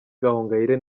gahongayire